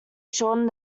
shortened